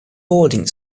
boarding